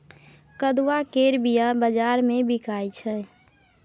कदुआ केर बीया बजार मे बिकाइ छै